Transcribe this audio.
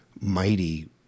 mighty